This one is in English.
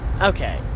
Okay